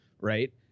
Right